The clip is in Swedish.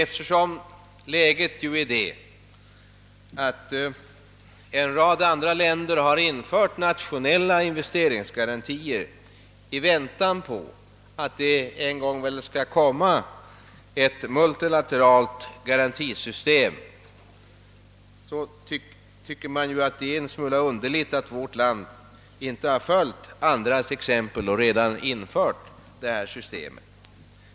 Eftersom en rad andra länder har infört nationella investeringsgarantier 1 väntan på att det en gång skall komma ett multilateralt garantisystem tycker man att det är litet underligt, att vårt land inte följt andras exempel och redan infört det systemet.